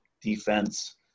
defense